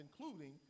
including